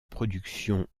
production